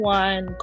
one